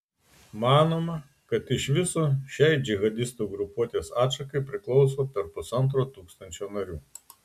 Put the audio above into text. manoma kad iš viso šiai džihadistų grupuotės atšakai priklauso per pusantro tūkstančio narių